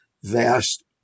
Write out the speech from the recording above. vast